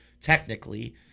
technically